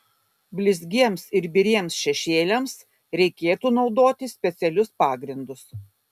blizgiems ir biriems šešėliams reikėtų naudoti specialius pagrindus